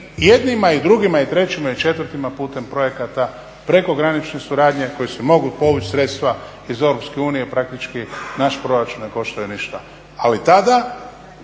jednima i drugima i trećima i četvrtima putem projekata prekogranične suradnje koji se mogu povuć sredstva iz EU praktički naš proračun ne koštaju ništa. Ali tada